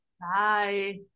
Bye